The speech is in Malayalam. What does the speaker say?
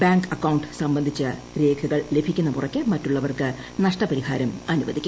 ബാങ്ക് അക്കൌണ്ട് സംബീസ്ഡിച്ച് രേഖകൾ ലഭിക്കുന്ന മുറയ്ക്ക് മറ്റുള്ളവർക്ക് നഷ്ടപരിഹ്ടാൽ അ്നുവദിക്കും